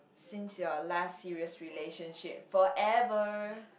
since you are last serious relationship forever